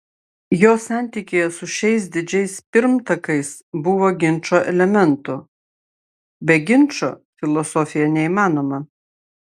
jo santykyje su šiais didžiais pirmtakais buvo ginčo elementų be ginčo filosofija neįmanoma